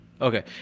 okay